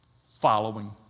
following